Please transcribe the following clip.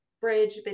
bridge